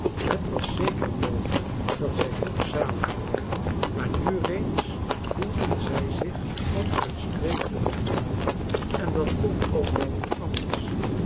het was zeker mogelijk dat zij nog zaliger werden maar nu reeds voelden zij zich onuitsprekelijk gelukkig en dat kon ook wel niet anders